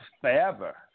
forever